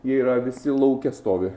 jie yra visi lauke stovi